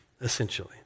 essentially